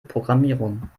programmierung